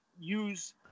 use